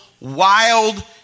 wild